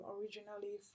originally